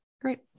Great